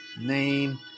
name